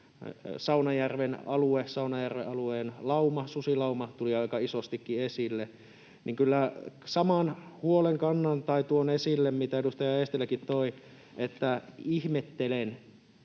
Saunajärven alueen susilauma tulivat aika isostikin esille. Kyllä saman huolen tuon esille, minkä edustaja Eestiläkin toi, että ihmettelen,